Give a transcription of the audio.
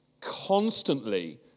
constantly